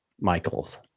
Michael's